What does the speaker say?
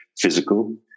physical